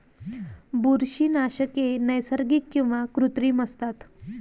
बुरशीनाशके नैसर्गिक किंवा कृत्रिम असतात